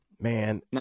man